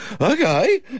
okay